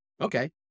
okay